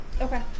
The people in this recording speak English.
Okay